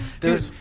dude